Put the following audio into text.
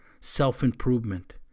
Self-improvement